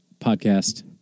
Podcast